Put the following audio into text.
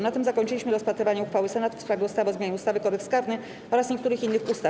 Na tym zakończyliśmy rozpatrywanie uchwały Senatu w sprawie ustawy o zmianie ustawy - Kodeks karny oraz niektórych innych ustaw.